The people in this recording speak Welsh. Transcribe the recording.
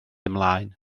ymlaen